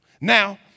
Now